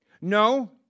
No